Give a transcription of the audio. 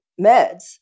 meds